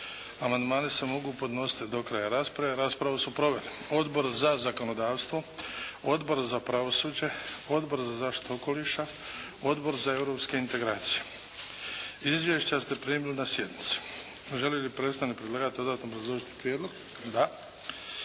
Amandmani se mogu podnositi do kraja rasprave. Raspravu su proveli Odbor za zakonodavstvo, Odbor za pravosuđe, Odbor za zaštitu okoliša, Odbor za europske integracije. Izvješća ste primili na sjednici. Želi li predstavnik predlagatelja dodatno obrazložiti prijedlog? Da.